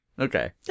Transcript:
Okay